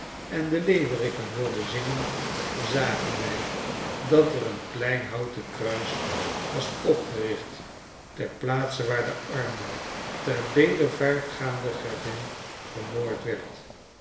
en de leeuweriken hoorden zingen zagen wij dat er een klein houten kruis was opgericht ter plaatse waar de arme ter bedevaart gaande gravin vermoord werd